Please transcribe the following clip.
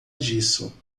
disso